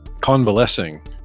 convalescing